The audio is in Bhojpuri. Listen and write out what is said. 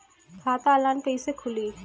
खाता ऑनलाइन कइसे खुली?